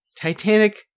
Titanic